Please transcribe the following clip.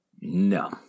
No